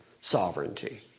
sovereignty